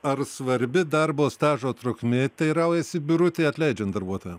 ar svarbi darbo stažo trukmė teiraujasi birutė atleidžiant darbuotoją